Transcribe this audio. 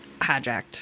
hijacked